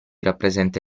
rappresenta